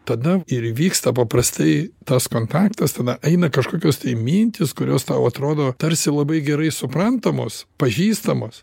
tada ir įvyksta paprastai tas kontaktas tada eina kažkokios mintys kurios tau atrodo tarsi labai gerai suprantamos pažįstamos